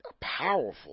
powerful